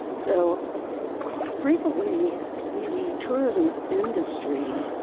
so frequently the tourism industry,